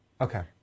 Okay